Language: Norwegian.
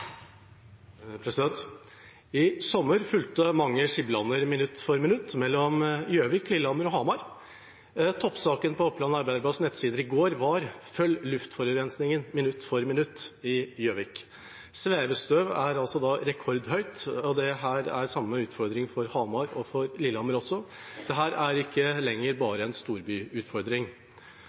I sommer fulgte mange «Skibladner» minutt for minutt mellom Gjøvik, Lillehammer og Hamar. Toppsaken på Oppland Arbeiderblads nettsider i går var: «Her kan du følge luftforurensningen i Gjøvik – minutt for minutt.» Svevestøvet er rekordhøyt, og her er det samme utfordring for Hamar og Lillehammer også. Dette er ikke lenger bare en storbyutfordring.